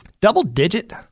double-digit